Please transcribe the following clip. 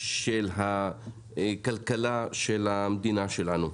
של הכלכלה ושל המדינה שלנו.